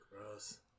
Gross